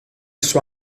suo